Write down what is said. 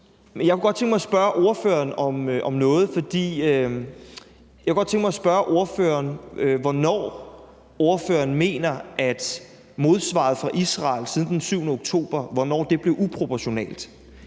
Jeg kunne godt tænke mig at spørge ordføreren om noget. Jeg kunne godt tænke mig at spørge ordføreren om, hvornår ordføreren mener modsvaret fra Israel efter den 7. oktober blev uproportionalt.